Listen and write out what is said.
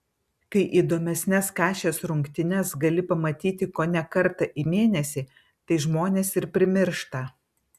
kai įdomesnes kašės rungtynes gali pamatyti kone kartą į mėnesį tai žmonės ir primiršta